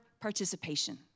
participation